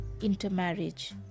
intermarriage